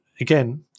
again